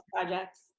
projects